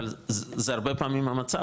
אבל זה הרבה פעמים המצב,